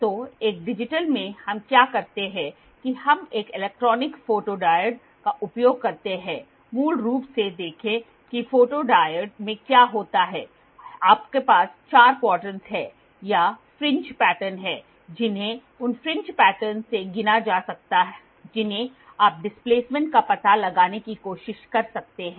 तो एक डिजिटल में हम क्या करते हैं कि हम एक इलेक्ट्रॉनिक फोटोडायोड का उपयोग करते हैं मूल रूप से देखें कि फोटोडायोड में क्या होता है आपके पास 4 क्वाड्रंट हैं या फ्रिंज पैटर्न हैं जिन्हें उन फ्रिंज पैटर्न से गिना जा सकता है जिन्हें आप डिस्प्लेसमेंट का पता लगाने की कोशिश कर सकते हैं